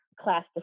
class